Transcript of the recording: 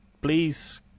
please